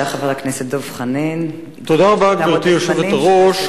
גברתי היושבת-ראש,